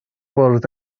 bwrdd